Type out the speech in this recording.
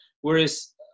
whereas